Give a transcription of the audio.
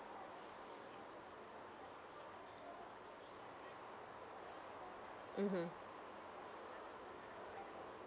mmhmm